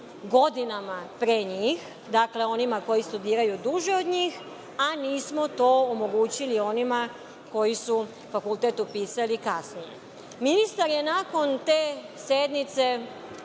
godinama pre njih, onima koji studiraju duže od njih, a nismo to omogućili onima koji su fakultet upisali kasnije. Ministar je nakon te sednice